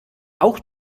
auch